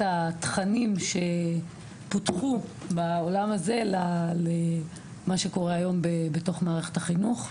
התכנים שפותחו בעולם הזה למה שקורה היום בתוך מערכת החינוך.